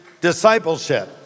Discipleship